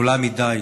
גדולה מדי.